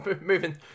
Moving